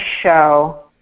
show